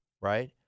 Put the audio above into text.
right